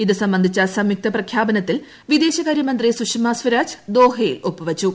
ഇത് സംബന്ധിച്ച സംയുക്ത പ്രഖ്യാപനത്തിൽ വിദേശകാരൃമന്ത്രി സുഷമ സ്വരാജ് ദോഹയിൽ ഒപ്പുവച്ചു